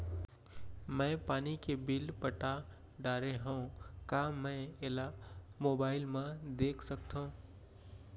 मैं पानी के बिल पटा डारे हव का मैं एला मोबाइल म देख सकथव?